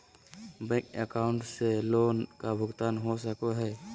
Bank account से loan का भुगतान हो सको हई?